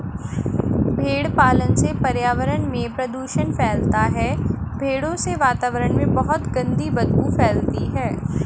भेड़ पालन से पर्यावरण में प्रदूषण फैलता है भेड़ों से वातावरण में बहुत गंदी बदबू फैलती है